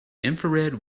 infrared